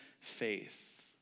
faith